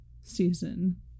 season